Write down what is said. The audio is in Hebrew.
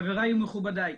חבריי ומכובדיי.